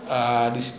err